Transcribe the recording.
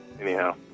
anyhow